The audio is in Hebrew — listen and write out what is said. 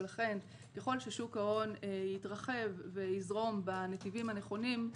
ולכן ככל ששוק ההון יתרחב ויזרום בנתיבים הנכונים,